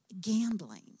gambling